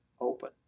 open